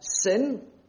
sin